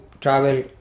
travel